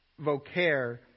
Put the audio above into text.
vocare